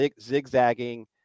zigzagging